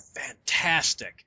fantastic